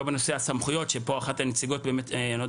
לא בנושא הסמכויות כאשר כאן אחת הנציגות העירה